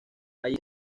allí